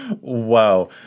Wow